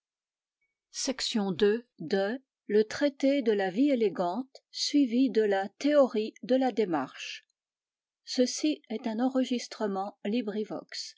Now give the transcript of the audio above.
la théorie de la démarche traité de la vie élégante suivi de la théorie de la démarche table of contents pages